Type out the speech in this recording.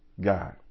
God